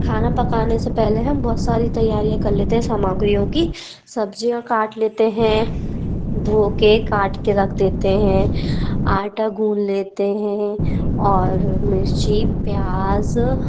खाना पकाने से पहले हम बहुत सारी तैयारियाँ कर लेते हें सामग्रियों की सब्ज़ियाँ काट लेते हैं धोके काट के रख देते हैं आटा गूंद लेते हें और मिर्ची प्याज़